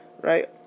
right